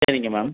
சரிங்க மேம்